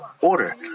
order